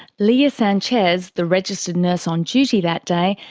lea sanchez, the registered nurse on duty that day,